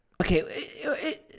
Okay